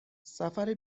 سفر